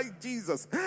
Jesus